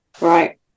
Right